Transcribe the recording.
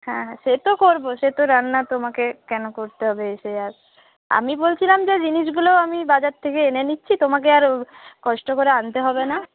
হ্যাঁ সে তো করব সে তো রান্না তোমাকে কেন করতে হবে এসে আর আমি বলছিলাম যে জিনিসগুলোও আমি বাজার থেকে এনে নিচ্ছি তোমাকে আর কষ্ট করে আনতে হবে না